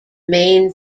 main